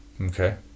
Okay